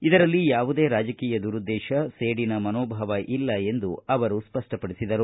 ಇದರಲ್ಲಿ ಯಾವುದೇ ರಾಜಕೀಯ ದುರುದ್ದೇತ ಸೇಡಿನ ಮನೋಭಾವ ಇಲ್ಲ ಎಂದು ಅವರು ಸ್ಪಪ್ಪಪಡಿಸಿದರು